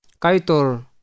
Kaitor